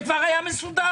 זה כבר היה מסודר.